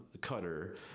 cutter